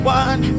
one